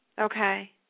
Okay